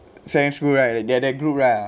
same school right get that group lah